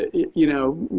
you know,